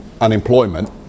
unemployment